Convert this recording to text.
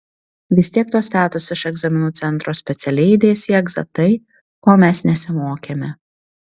vis tiek tos tetos iš egzaminų centro specialiai įdės į egzą tai ko mes nesimokėme